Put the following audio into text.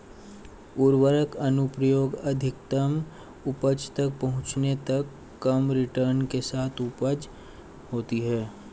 उर्वरक अनुप्रयोग अधिकतम उपज तक पहुंचने तक कम रिटर्न के साथ उपज होती है